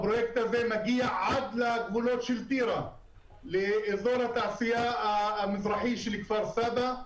הפרויקט הזה מגיע עד לגבולות של טירה לאזור התעשייה המזרחי של כפר-סבא.